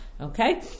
Okay